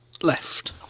left